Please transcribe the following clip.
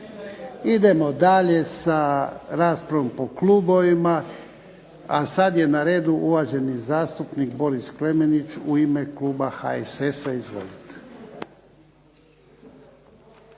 Idemo dalje sa raspravom po klubovima. A sad je na redu uvaženi zastupnik Boris Klemenić u ime kluba HSS-a. Izvolite.